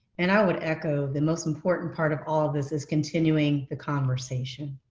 and i would echo the most important part of all of this is continuing the conversation.